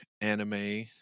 anime